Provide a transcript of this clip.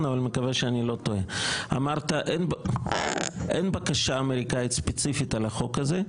אבל מקווה שאני לא טועה אמרת: אין בקשה אמריקנית ספציפית על החוק הזה.